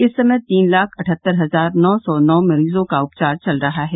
इस समय तीन लाख अठहत्तर हजार नौ सौ नौ मरीजों का उपचार चल रहा है